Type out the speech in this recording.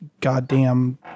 goddamn